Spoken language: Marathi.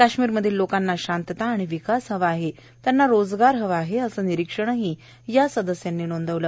काश्मीरमधील लोकांना शांतता आणि विकास हवा आहे त्यांना रोजगार हवा आहे असं विरीक्षणही या सदस्यांनी नोंदवलं